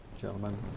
gentlemen